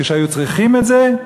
כשהיו צריכים את זה,